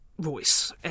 voice